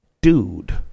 Dude